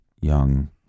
young